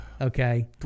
okay